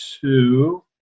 two